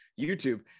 YouTube